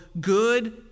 good